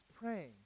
praying